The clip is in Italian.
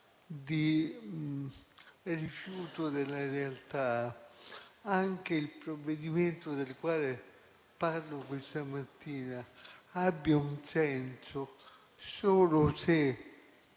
di rifiuto delle realtà, anche il provvedimento del quale parlo questa mattina abbia un senso solo se